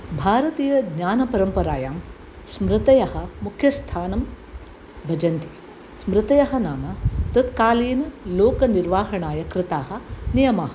भारतीयज्ञानपरम्पारायां स्मृतयः मुख्यस्थानं भजन्ति स्मृतयः नाम तत्कालीनलोकनिर्वाहणाय कृताः नियमाः